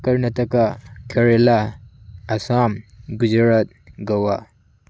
Karnataka Kerala Assam Gujarat Goa